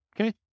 Okay